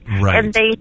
Right